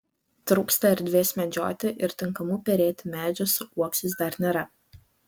trūksta erdvės medžioti ir tinkamų perėti medžių su uoksais dar nėra